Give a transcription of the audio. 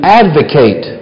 advocate